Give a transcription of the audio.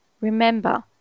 Remember